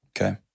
Okay